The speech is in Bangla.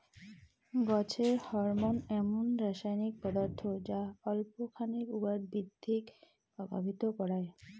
গছের হরমোন এমুন রাসায়নিক পদার্থ যা অল্প খানেক উয়ার বৃদ্ধিক প্রভাবিত করায়